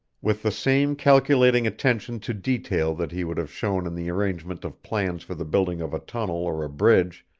with the same calculating attention to detail that he would have shown in the arrangement of plans for the building of a tunnel or a bridge,